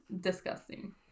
disgusting